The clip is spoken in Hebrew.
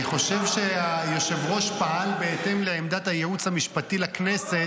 אני חושב שהיושב-ראש פעל בהתאם לעמדת הייעוץ המשפטי לכנסת